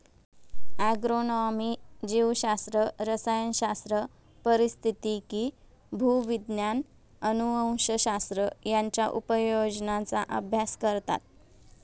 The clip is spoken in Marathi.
ॲग्रोनॉमी जीवशास्त्र, रसायनशास्त्र, पारिस्थितिकी, भूविज्ञान, अनुवंशशास्त्र यांच्या उपयोजनांचा अभ्यास करतात